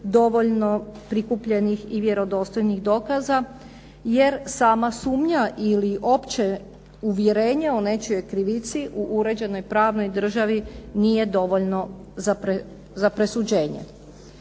dovoljno prikupljenih i vjerodostojnih dokaza jer sama sumnja ili opće uvjerenje u nečijoj krivici u uređenoj pravnoj državi nije dovoljno za presuđenje.